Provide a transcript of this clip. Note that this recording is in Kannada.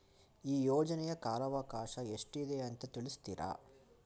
ಈ ಯೋಜನೆಯ ಕಾಲವಕಾಶ ಎಷ್ಟಿದೆ ಅಂತ ತಿಳಿಸ್ತೀರಾ?